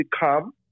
become